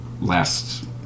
last